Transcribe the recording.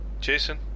Jason